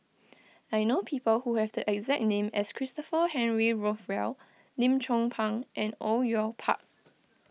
I know people who have the exact name as Christopher Henry Rothwell Lim Chong Pang and Au Yue Pak